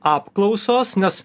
apklausos nes